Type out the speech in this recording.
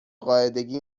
قاعدگی